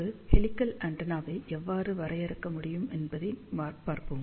ஒரு ஹெலிகல் ஆண்டெனாவை எவ்வாறு வரையறுக்க முடியும் என்பதைப் பார்ப்போம்